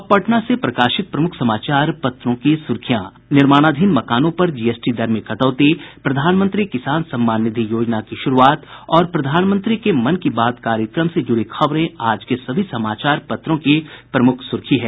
अब पटना से प्रकाशित प्रमुख समाचार पत्रों की सुर्खियां निर्माणाधीन मकानों पर जीएसटी दर में कटौती प्रधानमंत्री किसान सम्मान निधि योजना की शुरूआत और प्रधानमंत्री के मन की बात कार्यक्रम से जुड़ी खबरें आज के सभी समाचार पत्रों की प्रमुख सुर्खी है